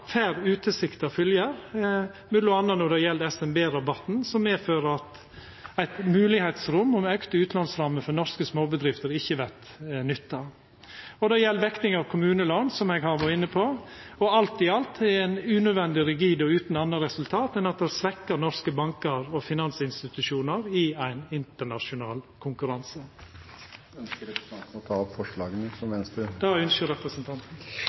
får utilsikta fylgjer, m.a. når det gjeld SMB-rabatten, som medfører at høvet til auka utlånsrammer for norske småbedrifter ikkje vert nytta. Det gjeld òg vekting av kommunelån, som eg har vore inne på. Alt i alt: Det er unødvendig rigid og utan anna resultat enn at det svekkjer norske bankar og finansinstitusjonar i ein internasjonal konkurranse. Ønsker representanten Breivik å ta opp forslagene nr. 3 og 4, som Venstre har sammen med Senterpartiet? Det ynskjer